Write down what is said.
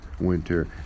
winter